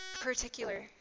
particular